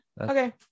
Okay